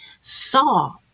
saw